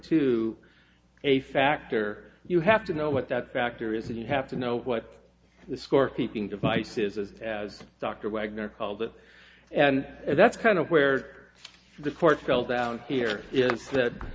to a factor you have to know what that factor is and you have to know what the scorekeeping device is as dr wagner called it and that's kind of where the court fell down here is that